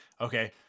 Okay